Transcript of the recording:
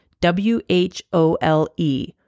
W-H-O-L-E